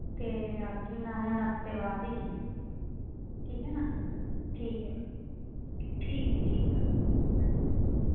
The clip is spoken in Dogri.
ते आह्गी में हून हफ्ते बाद ई ते ठीक ऐ नां फ्ही ठीक ऐ ठीक जी ठीक